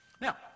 Now